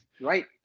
Right